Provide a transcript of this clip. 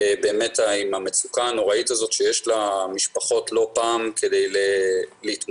באמת עם המצוקה הנוראית הזאת שיש למשפחות לא פעם כדי להתמודד